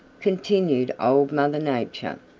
continued old mother nature.